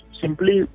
simply